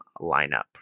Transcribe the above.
lineup